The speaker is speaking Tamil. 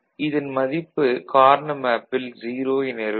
இதன் மதிப்பு கார்னா மேப்பில் 0 என இருக்கும்